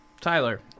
Tyler